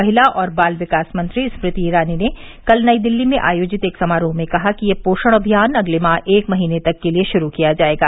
महिला और बाल विकास मंत्री स्थृति ईरानी ने कल नई दिल्ली में आयोजित एक समारोह में कहा कि यह पोषण अभियान अगले माह एक महीने तक के लिये शुरू किया जायेगा